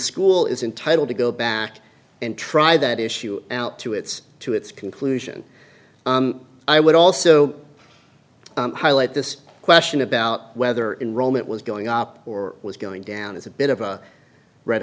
school is entitle to go back and try that issue out to its to its conclusion i would also highlight this question about whether in rome it was going up or was going down as a bit of a red